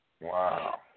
Wow